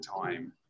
time